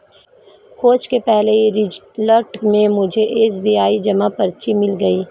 खोज के पहले ही रिजल्ट में मुझे एस.बी.आई जमा पर्ची मिल गई